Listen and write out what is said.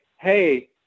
hey